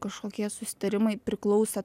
kažkokie susitarimai priklauso